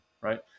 Right